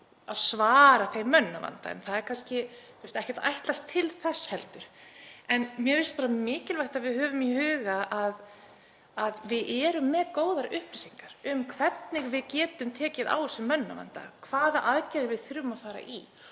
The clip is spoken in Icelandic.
að svara þeim mönnunarvanda og það er kannski heldur ekkert ætlast til þess. En mér finnst mikilvægt að við höfum í huga að við erum með góðar upplýsingar um hvernig við getum tekið á mönnunarvandanum, hvaða aðgerðir við þurfum að fara í.